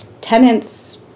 tenants